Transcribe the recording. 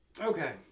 Okay